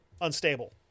unstable